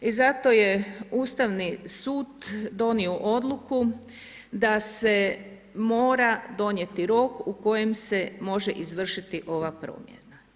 I zato je Ustavni sud donio odluku da se mora donijeti rok u kojem se može izvršiti ova promjena.